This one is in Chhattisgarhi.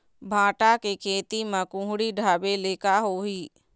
भांटा के खेती म कुहड़ी ढाबे ले का होही?